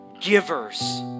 givers